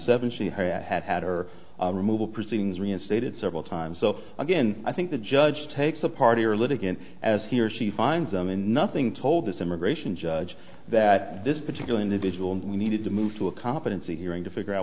i had had her removal proceedings reinstated several times so again i think the judge takes a party or a litigant as he or she finds them and nothing told this immigration judge that this particular individual needed to move to a competency hearing to figure out